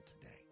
today